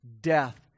death